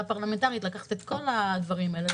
פרלמנטרית לקחת את כל הדברים האלה,